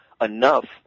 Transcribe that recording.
enough